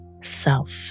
self